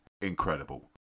incredible